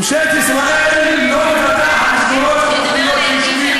ממשלת ישראל לא מפתחת מסגרות חינוכיות ביישובים,